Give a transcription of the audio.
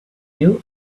you